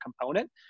component